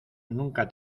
nunca